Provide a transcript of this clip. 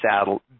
saddle